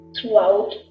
throughout